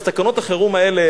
אז תקנות החירום האלה,